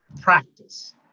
practice